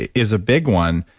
is a big one.